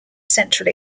central